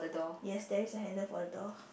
yes there's a handle for the door